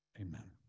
amen